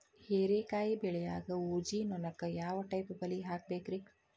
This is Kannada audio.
ಹೇರಿಕಾಯಿ ಬೆಳಿಯಾಗ ಊಜಿ ನೋಣಕ್ಕ ಯಾವ ಟೈಪ್ ಬಲಿ ಹಾಕಬೇಕ್ರಿ?